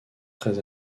très